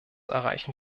erreichen